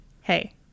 hey